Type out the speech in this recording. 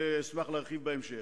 ואשמח להרחיב בהמשך.